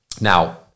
Now